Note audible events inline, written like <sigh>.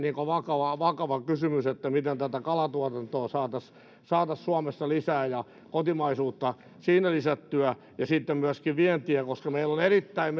vakava vakava kysymys miten tätä kalantuotantoa saataisiin saataisiin suomessa lisää ja kotimaisuutta siinä lisättyä ja sitten myöskin vientiä koska meillä on erittäin <unintelligible>